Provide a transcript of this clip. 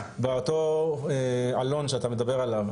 באותו עלון שאתה מדבר עליו,